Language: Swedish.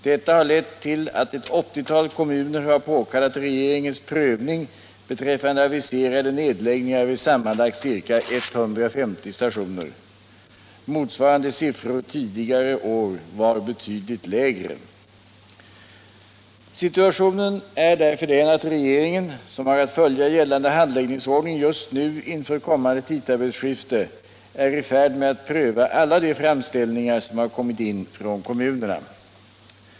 Detta har lett till att ett 80-tal kommuner har påkallat regeringens prövning beträffande aviserade nedläggningar vid sammanlagt ca 150 stationer. Motsvarande siffror tidigare år var betydligt lägre. Situationen är därför den att regeringen, som har att följa gällande handläggningsordning, just nu — inför kommande tidtabellsskifte — är i färd med att pröva alla de framställningar som har kommit in från kommunerna.